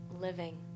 living